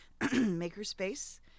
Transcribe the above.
makerspace